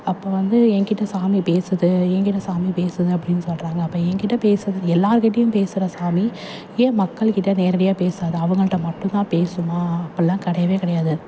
அப்போ வந்து என்கிட்ட சாமி பேசுது என்கிட்ட சாமி பேசுது அப்படின்னு சொல்கிறாங்க அப்போ என்கிட்ட பேசுது எல்லோர்க்கிட்டயும் பேசுகிற சாமி ஏன் மக்கள்கிட்டே நேரடியாக பேசாது அவங்கள்ட்ட மட்டுந்தான் பேசுமா அப்புடில்லாம் கிடையவே கிடையாது